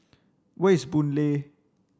where is Boon Lay